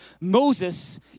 Moses